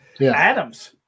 Adams